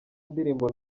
ndirimbo